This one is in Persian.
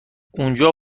اونجا